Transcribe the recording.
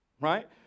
right